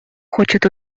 хочет